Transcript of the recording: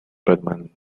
permanente